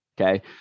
Okay